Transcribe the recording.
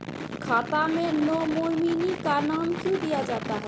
खाता मे नोमिनी का नाम क्यो दिया जाता हैं?